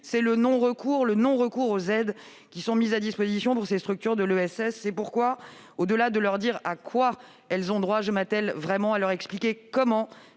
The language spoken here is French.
c'est le non-recours aux aides qui sont à disposition de ces structures de l'ESS. C'est pourquoi, en plus de leur indiquer ce à quoi elles ont droit, je m'attelle à leur expliquer comment